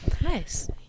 Nice